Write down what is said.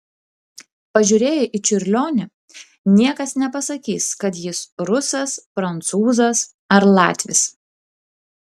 pažiūrėję į čiurlionį niekas nepasakys kad jis rusas prancūzas ar latvis